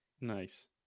nice